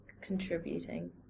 contributing